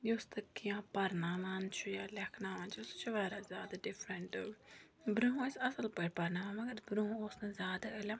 یُس تہِ کیٚنٛہہ پَرناوان چھُ یا لیٚکھناوان چھُ سُہ چھُ واریاہ زیادٕ ڈِفریٚنٛٹ برٛۄنٛہہ ٲسۍ اصٕل پٲٹھۍ پَرناوان مگر برٛۄنٛہہ اوس نہٕ زیادٕ علم